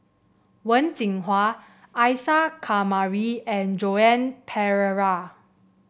Wen Jinhua Isa Kamari and Joan Pereira